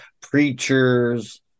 preachers